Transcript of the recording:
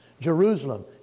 Jerusalem